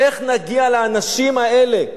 איך נגיע לאנשים האלה,